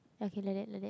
ya K like that like that